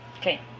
Okay